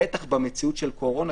בטח במציאות של קורונה,